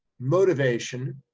motivation,